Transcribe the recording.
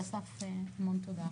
ואסף, המון תודה.